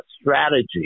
strategy